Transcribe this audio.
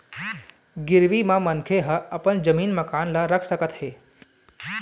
गिरवी म मनखे ह अपन जमीन, मकान ल रख सकत हे